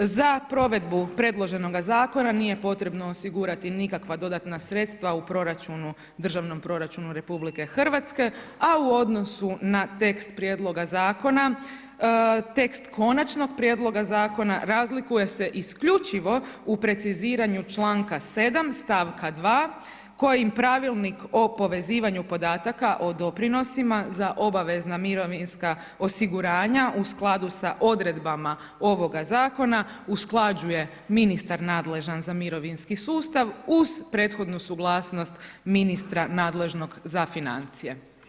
Za provedbu predloženoga zakona nije potrebno osigurati nikakva dodatna sredstva u državnom proračunu RH a u odnosu na tekst prijedlog zakona, tekst konačnog prijedloga zakona razlikuje se isključivo u preciziranju članka 7. stavka 2. kojim pravilnik o povezivanju podataka o doprinosima za obavezna mirovinska osiguranja u skladu sa odredbama ovoga zakona, usklađuje ministar nadležan za mirovinski sustav uz prethodnu suglasnost ministra nadležnog za financije.